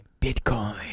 bitcoin